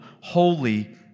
Holy